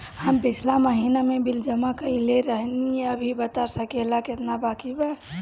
हम पिछला महीना में बिल जमा कइले रनि अभी बता सकेला केतना बाकि बा?